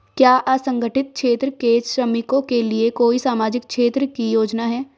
क्या असंगठित क्षेत्र के श्रमिकों के लिए कोई सामाजिक क्षेत्र की योजना है?